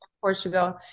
Portugal